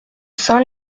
saint